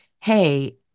hey